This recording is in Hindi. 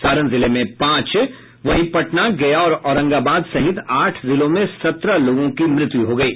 सारण जिले में पांच वहीं पटना गया और औरंगाबाद सहित आठ जिलों में सत्रह लोगों की मृत्यु हो गयी